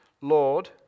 Lord